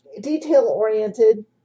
Detail-oriented